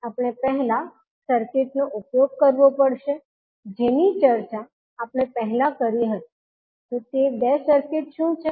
આપણે પહેલા સર્કિટનો ઉપયોગ કરવો પડશે જેની ચર્ચા આપણે પહેલાં કરી હતી તો તે બે સર્કિટ શું છે